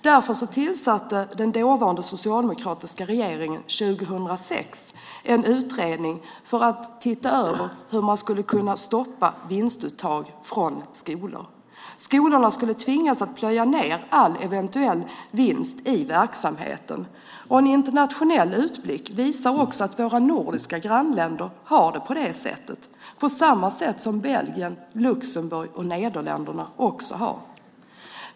Därför tillsatte den dåvarande socialdemokratiska regeringen 2006 en utredning för att se över hur man skulle kunna stoppa vinstuttag från skolor. Skolorna skulle tvingas att plöja ned all eventuell vinst i verksamheten. En internationell utblick visar också att våra nordiska grannländer har det på det sättet på samma sätt som Belgien, Luxemburg och Nederländerna.